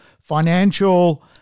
financial